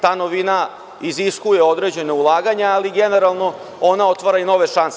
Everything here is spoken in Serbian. Ta novina iziskuje određena ulaganja, ali, generalno, ona otvara i nove šanse.